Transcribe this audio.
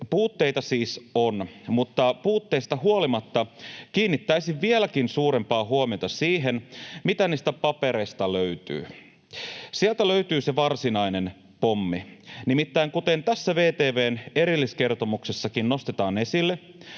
Puutteita siis on, mutta puutteista huolimatta kiinnittäisin vieläkin suurempaa huomiota siihen, mitä niistä papereista löytyy. Sieltä löytyy se varsinainen pommi. Nimittäin kuten tässä VTV:n erilliskertomuksessakin nostetaan esille,